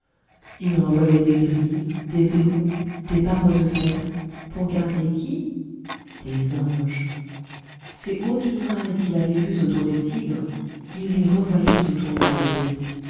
il revoyait des grilles des verrous des barreaux de fer pour garder qui des anges ces hautes murailles qu'il avait vues autour des tigres il les revoyait autour des brebis